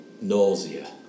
nausea